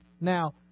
Now